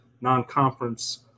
non-conference